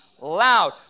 loud